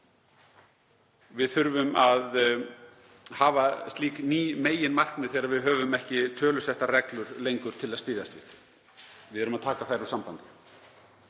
Við þurfum að hafa slík ný meginmarkmið þegar við höfum ekki tölusettar reglur lengur til að styðjast við, við erum að taka þær úr sambandi.